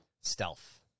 Stealth